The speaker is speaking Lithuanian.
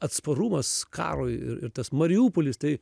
atsparumas karui ir ir tas mariupolis tai